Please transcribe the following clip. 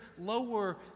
lower